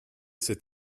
cet